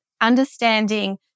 understanding